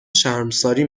شرمساری